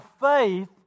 faith